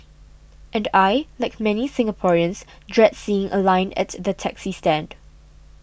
and I like many Singaporeans dread seeing a line at the taxi stand